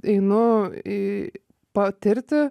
einu į patirti